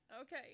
Okay